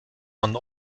man